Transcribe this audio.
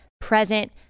present